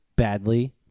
Badly